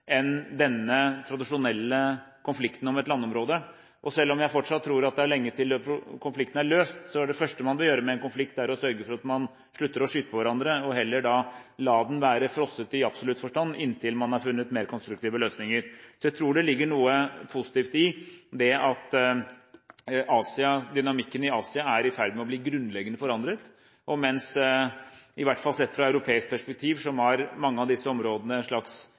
enn denne tradisjonelle konflikten om et landområde. Selv om jeg fortsatt tror at det er lenge til konflikten er løst, er det første man bør gjøre med en konflikt å sørge for at man slutter å skyte på hverandre og heller la den være frosset i absolutt forstand inntil man har funnet mer konstruktive løsninger. Jeg tror det ligger noe positivt i det at Asia, dynamikken i Asia, er i ferd med å bli grunnleggende forandret. Mens mange av disse områdene – i hvert fall sett fra et europeisk perspektiv